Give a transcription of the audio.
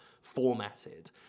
formatted